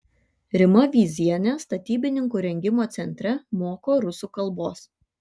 rima vyzienė statybininkų rengimo centre moko rusų kalbos